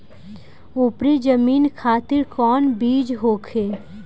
उपरी जमीन खातिर कौन बीज होखे?